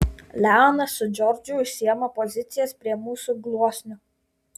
leonas su džordžu užsiima pozicijas prie mūsų gluosnio